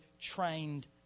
trained